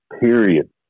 period